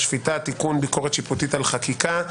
השפיטה (תיקון ביקורת שיפוטית על חקיקה).